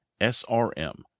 srm